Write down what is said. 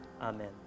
Amen